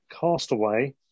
Castaway